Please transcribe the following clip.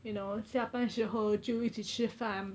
you know 下班时候就一起吃饭